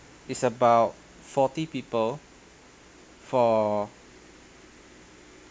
it's about forty people for